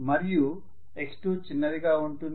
మరియు x2 చిన్నది గా ఉంటుంది